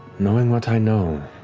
knowing what i know,